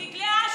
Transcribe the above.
עם דגלי אש"ף.